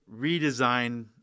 redesign